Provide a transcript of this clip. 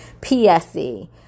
PSE